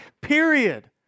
period